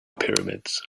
pyramids